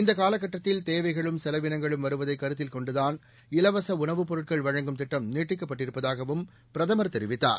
இந்த காலக்கட்டத்தில் தேவைகளும் செலவினங்களும் வருவதை கருத்தில் கொண்டுதான் இலவச உணவுப் பொருட்கள் வழங்கும் திட்டம் நீட்டிக்கப்பட்டிருப்பதாகவும் பிரதமர் தெரிவித்தார்